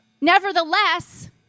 nevertheless